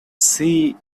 see